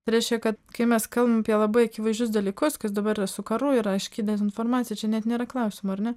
tai reiškia kad kai mes kalbam apie labai akivaizdžius dalykus kas dabar ir su karu yra aiški dezinformacija čia net nėra klausimų ar ne